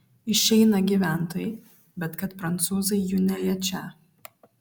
išeina gyventojai bet kad prancūzai jų neliečią